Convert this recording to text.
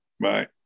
Bye